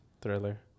Thriller